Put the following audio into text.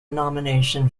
nomination